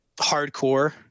hardcore